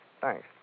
Thanks